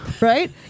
right